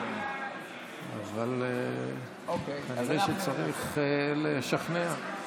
אבל כנראה צריך לשכנע.